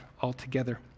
altogether